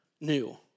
New